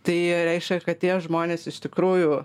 tai reiškia kad tie žmonės iš tikrųjų